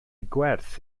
gwerth